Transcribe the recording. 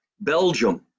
Belgium